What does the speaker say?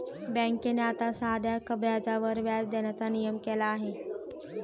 बँकेने आता साध्या व्याजावर व्याज देण्याचा नियम केला आहे